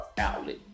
outlet